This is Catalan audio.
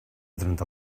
trenta